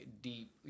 deep